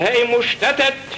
תהא מושתתת